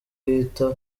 yita